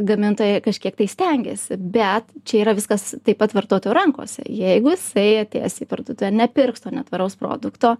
gamintojai kažkiek tai stengiasi bet čia yra viskas taip pat vartotojų rankose jeigu jisai atėjęs į parduotuvę nepirks to netvaraus produkto